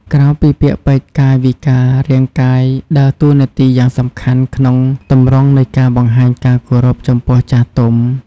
ក្រៅពីពាក្យពេចន៍ កាយវិការរាងកាយដើរតួនាទីយ៉ាងសំខាន់ក្នុងទម្រង់នៃការបង្ហាញការគោរពចំពោះចាស់ទុំ។